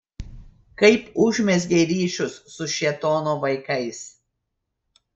kaip užmezgei ryšius su šėtono vaikais